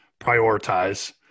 prioritize